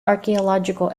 archaeological